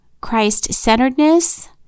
Christ-centeredness